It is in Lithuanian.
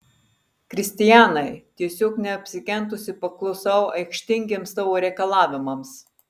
kristianai tiesiog neapsikentusi paklusau aikštingiems tavo reikalavimams